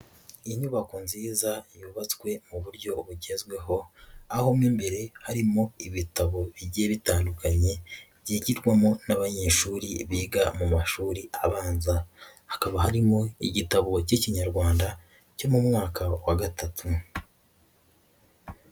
Iyi nyubako nziza yubatswe mu buryo bugezweho aho mo imbere harimo ibitabo bigiye bitandukanye byigirwamo n'abanyeshuri biga mu mashuri abanza, hakaba harimo igitabo k'Ikinyarwanda cyo mu mwaka wa gatatu.